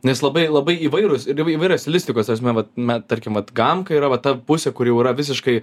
nes labai labai įvairūs ir įv įvairios stilistikos ta prasme vat na tarkim vat gamka yra va ta pusė kuri jau yra visiškai